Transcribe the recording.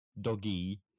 doggy